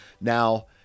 Now